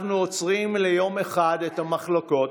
אנחנו עוצרים ליום אחד את המחלוקות,